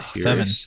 Seven